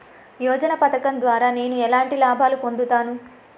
యోజన పథకం ద్వారా నేను ఎలాంటి లాభాలు పొందుతాను?